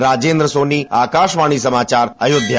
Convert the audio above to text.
राजेन्द्र सोनी आकाशवाणी समाचार अयोध्या